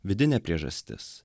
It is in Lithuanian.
vidinė priežastis